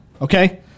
okay